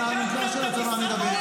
גם על האלונקה של הצבא נדבר.